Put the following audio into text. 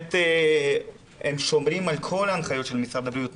ובאמת הם שומרים על כל ההנחיות של משרד הבריאות,